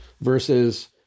Versus